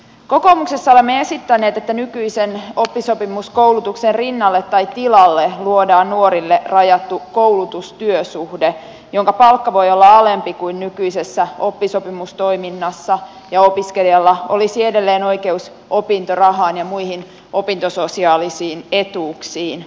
kokoomuksessa olemme esittäneet että nykyisen oppisopimuskoulutuksen rinnalle tai tilalle luodaan nuorille rajattu koulutustyösuhde jonka palkka voi olla alempi kuin nykyisessä oppisopimustoiminnassa ja jossa opiskelijalla olisi edelleen oikeus opintorahaan ja muihin opintososiaalisiin etuuksiin